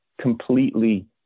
completely